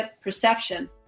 perception